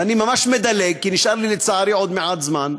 ואני ממש מדלג כי נשאר לי לצערי עוד מעט זמן,